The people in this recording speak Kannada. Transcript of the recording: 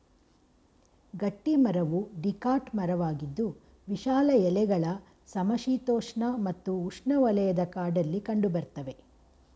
ಗಟ್ಟಿಮರವು ಡಿಕಾಟ್ ಮರವಾಗಿದ್ದು ವಿಶಾಲ ಎಲೆಗಳ ಸಮಶೀತೋಷ್ಣ ಮತ್ತು ಉಷ್ಣವಲಯದ ಕಾಡಲ್ಲಿ ಕಂಡುಬರ್ತವೆ